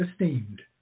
esteemed